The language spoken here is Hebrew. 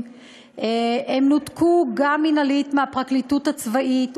הם נותקו גם מינהלית מהפרקליטות הצבאית,